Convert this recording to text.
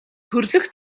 төрөлх